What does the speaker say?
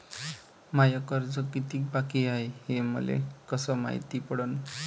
माय कर्ज कितीक बाकी हाय, हे मले कस मायती पडन?